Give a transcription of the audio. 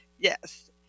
Yes